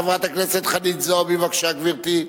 חברת הכנסת חנין זועבי, בבקשה, גברתי.